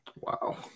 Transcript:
Wow